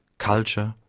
culture,